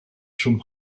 from